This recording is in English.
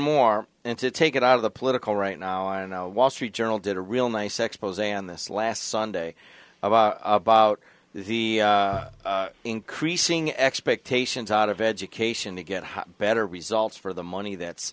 more and to take it out of the political right now and wall street journal did a real nice expos on this last sunday about the increasing expectations out of education to get better results for the money that's